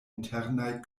internaj